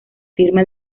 firma